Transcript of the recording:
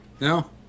No